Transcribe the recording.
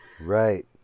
Right